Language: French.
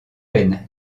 veines